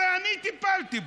הרי אני טיפלתי בו.